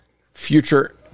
future